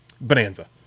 Bonanza